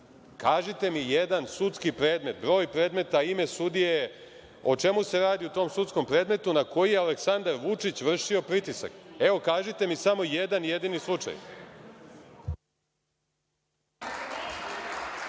kažite mi jedan sudski predmet, broj predmeta, ime sudije, o čemu se radi u tom sudskom predmetu na koji je Aleksandar Vučić vršio pritisak. Kažite mi, samo jedan jedini slučaj.